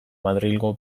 madrilgo